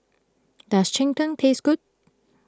does Cheng Tng Taste Good